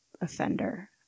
offender